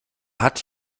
hat